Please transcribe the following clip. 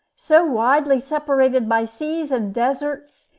so widely separated by seas and deserts,